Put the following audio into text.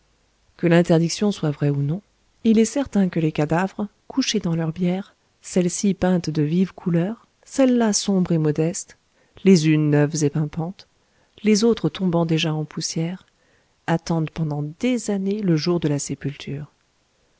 que l'interdiction soit vraie ou non il est certain que les cadavres couchés dans leurs bières celles-ci peintes de vives couleurs celles-là sombres et modestes les unes neuves et pimpantes les autres tombant déjà en poussière attendent pendant des années le jour de la sépulture